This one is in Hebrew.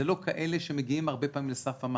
זה לא כאלה שמגיעים הרבה פעמים לסף המס.